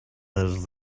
dels